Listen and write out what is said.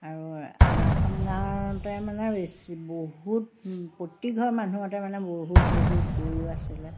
আৰু আমাৰখন গাঁৱতে মানে বেছি বহুত প্ৰতিঘৰ মানুহতে মানে বহুত বহুত গৰু আছিলে